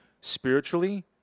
spiritually